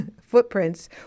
footprints